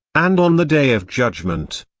and on the day of judgment,